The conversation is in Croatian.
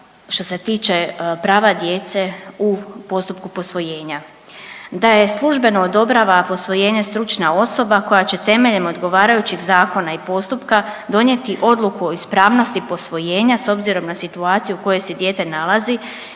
što se tiče prava djece u postupku posvojenja, da je službeno odobrava posvojenje stručna osoba koja će temeljem odgovarajućih zakona i postupka donijeti odluku o ispravnosti posvojenja s obzirom na situaciju u kojoj se dijete nalazi